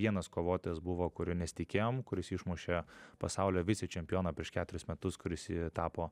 vienas kovotojas buvo kurio nesitikėjom kuris išmušė pasaulio vicečempioną prieš keturis metus kuris tapo